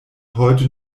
heute